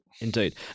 Indeed